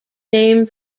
name